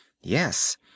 Yes